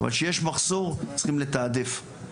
אבל כשיש מחסור צריכים לתעדף.